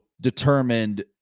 determined